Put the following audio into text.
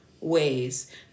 ways